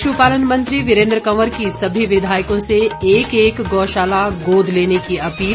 पश्पालन मंत्री वीरेन्द्र कंवर की सभी विधायकों से एक एक गौशाला गोद लेने की अपील